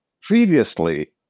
previously